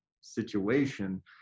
situation